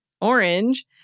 Orange